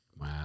wow